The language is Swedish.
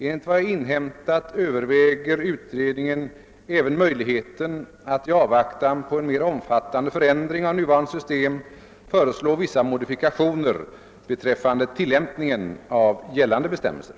Enligt vad jag inhämtat överväger utredningen även möjligheten att i avvaktan på en mer omfattande förändring av nuvarande system föreslå vissa modifikationer beträffande = tillämpningen av gällande bestämmelser.